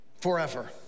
forever